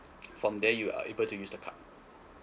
from there you are able to use the card